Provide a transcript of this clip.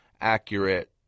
accurate